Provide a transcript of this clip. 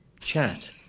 chat